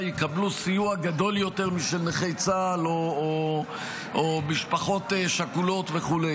יקבלו סיוע גדול יותר משל נכי צה"ל או משפחות שכולות וכו'.